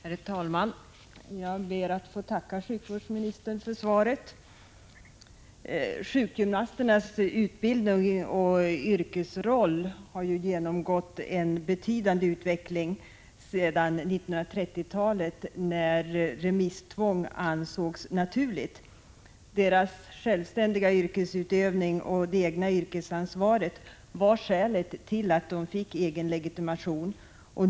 Herr talman! Jag ber att få tacka sjukvårdsministern för svaret. Sjukgymnasternas utbildning och yrkesroll har ju genomgått en betydande utveckling sedan 1930-talet, när remisstvång ansågs naturligt. Deras självständiga yrkesutövning och det egna yrkesansvaret var skälet till att de fick egen legitimation.